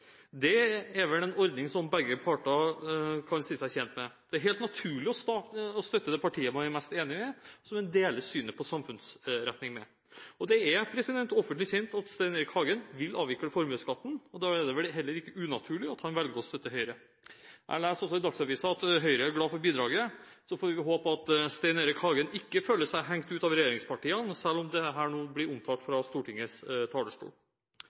Det er vel en ordning som begge parter kan si seg tjent med. Det er helt naturlig å støtte det partiet man er mest enig med, og som man deler synet på samfunnsretning med. Det er offentlig kjent at Stein Erik Hagen vil avvikle formuesskatten, og da er det heller ikke unaturlig at han velger å støtte Høyre. Jeg leser også i Dagsavisen at Høyre er glad for bidraget. Så får vi håpe at Stein Erik Hagen ikke føler seg hengt ut av regjeringspartiene selv om dette nå blir omtalt fra Stortingets talerstol.